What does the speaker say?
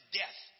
death